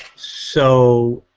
so